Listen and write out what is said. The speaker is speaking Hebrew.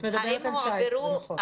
את מדברת על 2019. נכון.